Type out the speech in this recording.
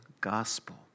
gospel